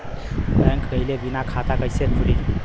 Bank गइले बिना खाता कईसे खुली?